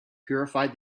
purified